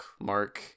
mark